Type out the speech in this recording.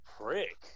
Prick